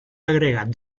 agregat